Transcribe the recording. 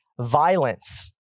violence